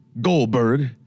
Goldberg